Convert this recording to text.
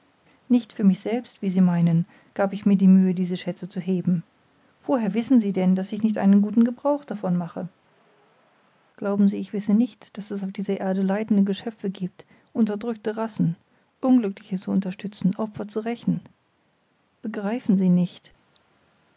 nicht für mich selbst wie sie meinen gab ich mir die mühe diese schätze zu heben woher wissen sie denn daß ich nicht einen guten gebrauch davon mache glauben sie ich wisse nicht daß es auf dieser erde leidende geschöpfe giebt unterdrückte racen unglückliche zu unterstützen opfer zu rächen begreifen sie nicht